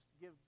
give